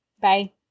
Bye